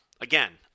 again